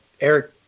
Eric